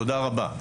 תודה רבה.